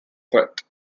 threat